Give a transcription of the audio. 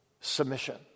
submission